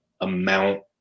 amount